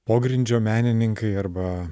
pogrindžio menininkai arba